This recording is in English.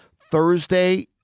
Thursday